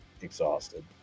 exhausted